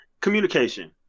Communication